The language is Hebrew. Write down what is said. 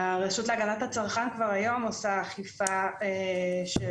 הרשות להגנת הצרכן עושה כבר היום אכיפה של